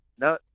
No